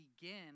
begin